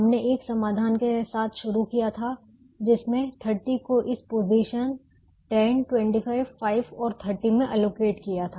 हमने एक समाधान के साथ शुरू किया था जिसमें 30 को इस पोजीशन 10 25 5 और 30 में एलोकेट किया था